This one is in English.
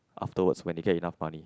afterwards when they get enough money